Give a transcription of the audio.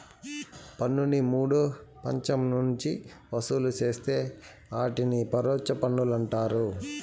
పన్నుని మూడో పచ్చం నుంచి వసూలు చేస్తే ఆటిని పరోచ్ఛ పన్నులంటారు